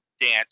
dance